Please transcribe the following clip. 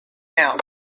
out